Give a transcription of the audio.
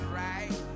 right